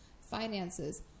finances